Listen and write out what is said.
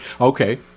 Okay